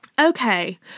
Okay